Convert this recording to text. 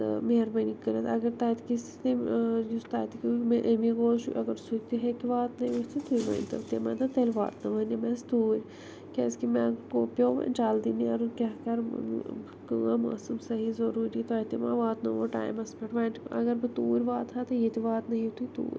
تہٕ مہربٲنی کٔرِتھ اگر تتکِس تٔمۍ یُس تتہِ ایٚمیٖگوز چھُ اگر سُہ تہِ ہیٚکہِ واتنٲیِتھ تہٕ تُہۍ ؤنتو تِمَن واتناوَن تِم اسہِ توٗرۍ کیازکہ مےٚ گوٚو پیٚو وۄنۍ جلدی نیرُن کیاہ کَرٕ کٲم ٲسٕم سہی ضوٚروٗری تۄہہِ تہِ ما واتنو ووٗ ٹایمَس پیٚٹھ وۄنۍ اگر بہٕ توٗرۍ واتہا تہٕ یتہِ واتنٲوہِو تُہۍ توٗرۍ